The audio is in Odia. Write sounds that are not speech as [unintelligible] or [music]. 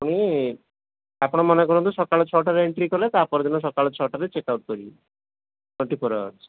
[unintelligible] ଆପଣ ମନେ କରନ୍ତୁ ସକାଳ ଛଅଟାରେ ଏଣ୍ଟ୍ରି କଲେ ତା ପରଦିନ ସକାଳୁ ଛଅଟାରେ ଚେକ ଆଉଟ କରିବେ ଟ୍ୱେଣ୍ଟି ଫୋର୍ ଆୱାର୍ସ୍